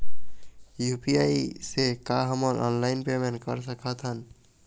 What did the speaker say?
UPI से का हमन ऑनलाइन पेमेंट कर सकत हन?